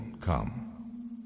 come